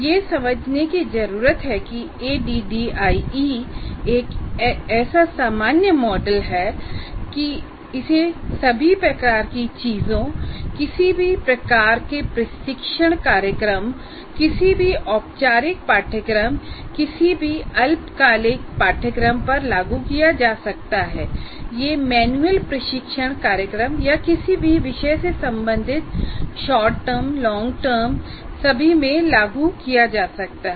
यह समझने की जरूरत है कि ADDIE एक ऐसा सामान्य मॉडल है कि इसे सभी प्रकार की चीजों किसी भी प्रकार के प्रशिक्षण कार्यक्रम किसी भी औपचारिक पाठ्यक्रम किसी भी अल्पकालिक पाठ्यक्रम पर लागू किया जा सकता है यह मैनुअल प्रशिक्षण कार्यक्रम या किसी भी विषय से संबंधित शॉर्ट टर्म लॉन्ग टर्म सभी मे लागू किया जा सकता है